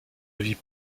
avis